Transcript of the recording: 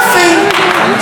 באמת.